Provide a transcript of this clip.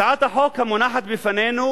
הצעת החוק המונחת בפנינו,